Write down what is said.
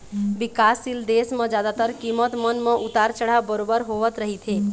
बिकासशील देश म जादातर कीमत मन म उतार चढ़ाव बरोबर होवत रहिथे